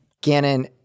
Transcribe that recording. Gannon